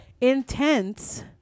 intense